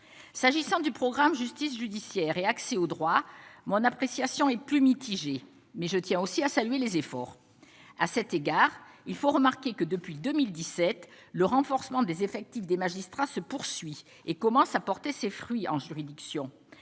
s'agissant du programme Justice judiciaire et accès au droit, mon appréciation est plus mitigé mais je tiens aussi à saluer les efforts à cet égard, il faut remarquer que depuis 2017, le renforcement des effectifs des magistrats se poursuit et commence à porter ses fruits en juridiction,